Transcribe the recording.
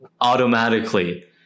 automatically